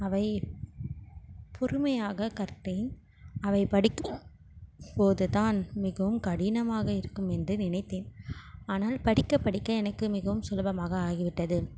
அவை பொறுமையாக கற்றேன் அவை படிக்கும் போது தான் மிகவும் கடினமாக இருக்கும் என்று நினைத்தேன் ஆனால் படிக்க படிக்க எனக்கு மிகவும் சுலபமாக ஆகிவிட்டது